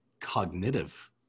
cognitive